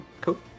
cool